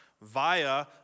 via